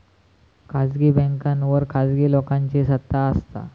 खासगी बॅन्कांवर खासगी लोकांची सत्ता असता